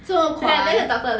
这么快